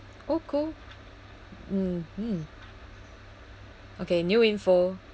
oh cool mmhmm okay new info